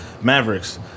Mavericks